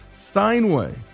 Steinway